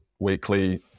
weekly